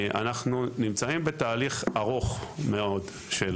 אנחנו נמצאים בתהליך ארוך מאוד של